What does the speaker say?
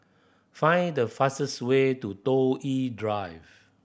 find the fastest way to Toh Yi Drive